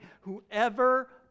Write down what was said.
Whoever